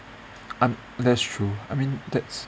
I that's true I mean that's